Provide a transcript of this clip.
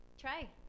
try